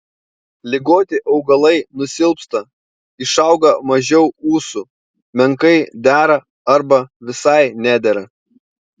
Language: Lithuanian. ligoti augalai nusilpsta išauga mažiau ūsų menkai dera arba visai nedera